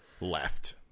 Left